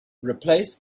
replace